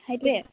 সেইটোৱে